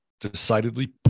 decidedly